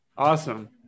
Awesome